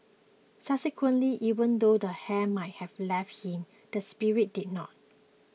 subsequently even though the hair might have left him the spirit did not